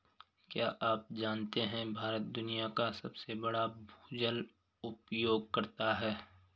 क्या आप जानते है भारत दुनिया का सबसे बड़ा भूजल उपयोगकर्ता है?